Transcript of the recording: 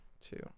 two